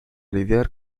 lidiar